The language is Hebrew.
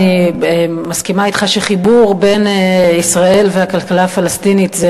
אני מסכימה אתך שחיבור בין ישראל לכלכלה הפלסטינית זה,